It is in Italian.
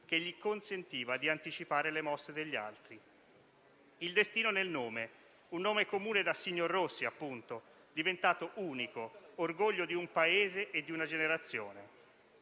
che gli consentiva di anticipare le mosse degli altri. Il destino nel nome, un nome comune da "signor Rossi", appunto, diventato unico, orgoglio di un Paese e di una generazione.